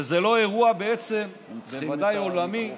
וזה בעצם בוודאי לא אירוע עולמי,